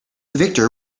victor